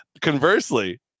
conversely